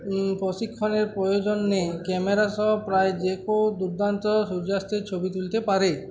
প্রশিক্ষণের প্রয়োজনে ক্যামেরা সহ প্রায় যে কেও দুর্দান্ত সূর্যাস্তের ছবি তুলতে পারে